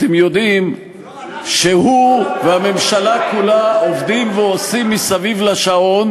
אתם יודעים שהוא והממשלה כולה עובדים ועושים מסביב לשעון,